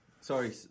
Sorry